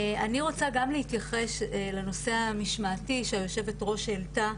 אני רוצה גם להתייחס לנושא המשמעתי שהיושבת ראש העלתה